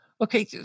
Okay